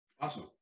Awesome